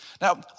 Now